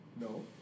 No